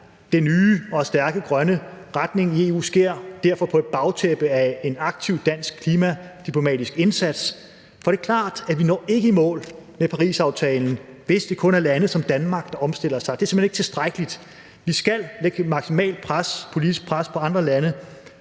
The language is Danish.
Den nye og stærke grønne retning i EU sker derfor på et bagtæppe af en aktiv dansk klimadiplomatisk indsats. For det er klart, at vi ikke når i mål med Parisaftalen, hvis det kun er lande som Danmark, der omstiller sig. Det er simpelt hen ikke tilstrækkeligt. Vi skal lægge et maksimalt politisk pres på andre lande,